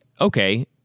okay